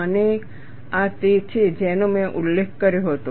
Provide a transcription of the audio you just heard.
અને આ તે છે જેનો મેં ઉલ્લેખ કર્યો હતો